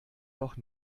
doch